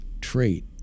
trait